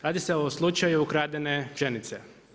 Radi se o slučaju ukradene pšenice.